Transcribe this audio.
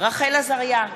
רחל עזריה,